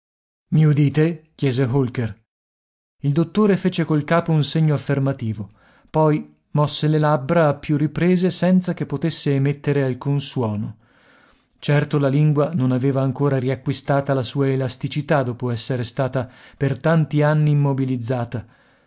i udite chiese holker il dottore fece col capo un segno affermativo poi mosse le labbra a più riprese senza che potesse emettere alcun suono certo la lingua non aveva ancora riacquistata la sua elasticità dopo essere stata per tanti anni immobilizzata